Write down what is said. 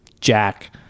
Jack